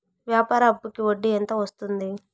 వ్యాపార అప్పుకి వడ్డీ ఎంత వస్తుంది?